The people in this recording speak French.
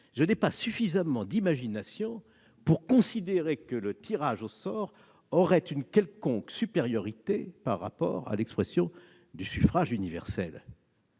je n'ai pas suffisamment d'imagination pour considérer que le tirage au sort aurait une quelconque supériorité par rapport à l'expression du suffrage universel.